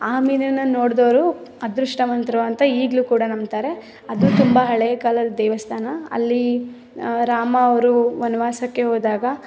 ಆ ಮೀನನ್ನು ನೋಡಿದವ್ರು ಅದೃಷ್ಟವಂತರು ಅಂತ ಈಗಲೂ ಕೂಡ ನಂಬ್ತಾರೆ ಅದು ತುಂಬ ಹಳೆಯ ಕಾಲದ ದೇವಸ್ಥಾನ ಅಲ್ಲಿ ರಾಮ ಅವರು ವನವಾಸಕ್ಕೆ ಹೋದಾಗ